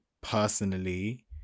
personally